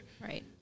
Right